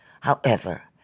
However